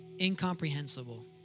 incomprehensible